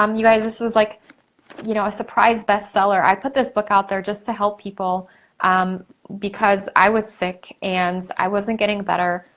um you guys, this was like you know a surprise best seller. i put this book out there just to help people um because i was sick, and i wasn't getting better,